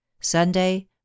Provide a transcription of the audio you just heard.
Sunday